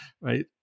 right